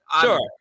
Sure